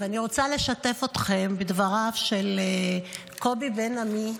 אני רוצה לשתף אתכם בדבריו של קובי בן עמי,